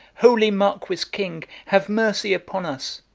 holy marquis-king, have mercy upon us!